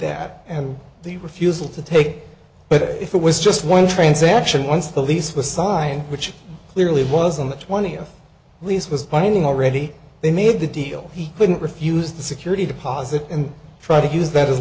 that and the refusal to take but if it was just one transaction once the lease was signed which clearly was on the twentieth lease was binding already they made the deal he couldn't refuse the security deposit and try to use that as